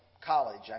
college